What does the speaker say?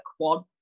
quad